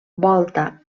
volta